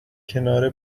کنار